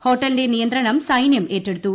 ഹോട്ടലിന്റെ നിയന്ത്രണം സൈനൃം ഏറ്റെടുത്തു